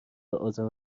عازم